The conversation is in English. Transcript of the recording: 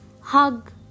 hug